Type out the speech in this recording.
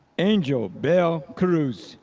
angel bell cruz,